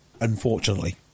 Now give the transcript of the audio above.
unfortunately